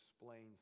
explains